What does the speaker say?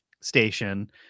station